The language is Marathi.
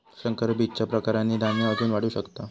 संकर बीजच्या प्रकारांनी धान्य अजून वाढू शकता